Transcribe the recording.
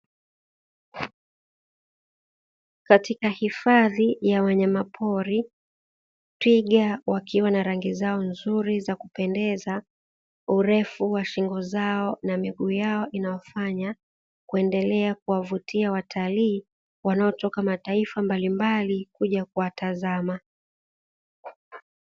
Katika hifadhi ya wanyama pori twiga wakiwa na rangi zao nzuri zakupendeza, urefu wa shingo zao na miguu yao inawafanya kuendelea kuwavutia watalii wanao toka mataifa mbalimbali kuja kuwatazama.